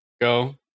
go